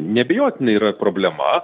neabejotinai yra problema